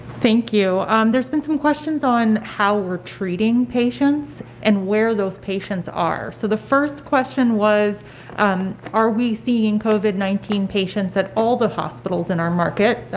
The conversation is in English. thank you. um there's been some questions on how we're treating patients and where those patients are. so the first question was um are we seeing covid nineteen patients at all the hospitals in our market.